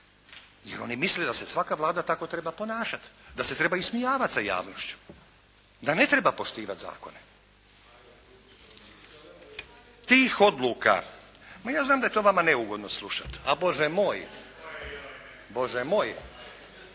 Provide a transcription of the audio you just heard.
jer oni misle da se svaka Vlada tako treba ponašati, da se treba ismijavati sa javnošću, da ne treba poštivati zakone. Tih odluka, ma ja znam da je to vama neugodno slušati. A Bože moj.